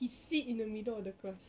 he sit in the middle of the class